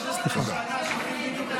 15 שנה אנחנו שומעים בדיוק את אותו דבר.